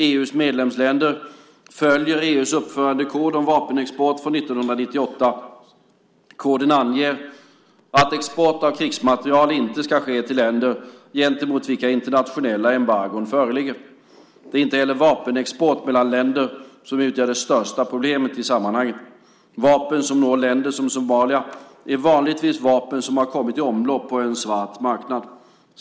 EU:s medlemsländer följer EU:s uppförandekod om vapenexport från 1998. Koden anger att export av krigsmateriel inte ska ske till länder gentemot vilka internationella embargon föreligger. Det är inte heller vapenexport mellan länder som utgör det största problemet i sammanhanget. Vapen som når länder som Somalia är vanligtvis vapen som har kommit i omlopp på en svart marknad.